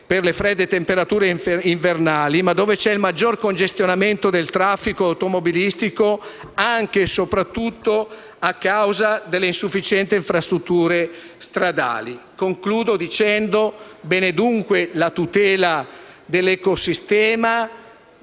per le fredde temperature invernali, ma dove c'è anche il maggior congestionamento del traffico automobilistico, anche e soprattutto a causa dell'insufficienza delle infrastrutture stradali. Concludo dicendo che va bene, dunque, la tutela dell'ecosistema